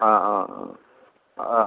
ആ ആ ആ ആ